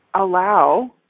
allow